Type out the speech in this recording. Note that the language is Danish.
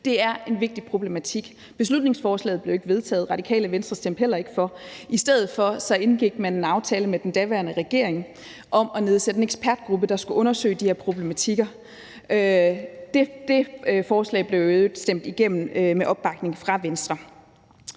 Det er en vigtig problematik. Beslutningsforslaget blev jo ikke vedtaget, og Radikale Venstre stemte heller ikke for. I stedet for indgik man en aftale med den daværende regering om at nedsætte en ekspertgruppe, der skulle undersøge de her problematikker. Det forslag blev jo i øvrigt stemt igennem med opbakning fra Venstre.